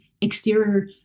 exterior